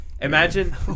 Imagine